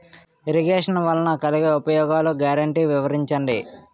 Irrigation వలన కలిగే ఉపయోగాలు గ్యారంటీ వివరించండి?